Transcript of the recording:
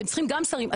אתם צריכים גם שרים,